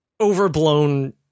overblown